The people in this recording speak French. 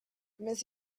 mais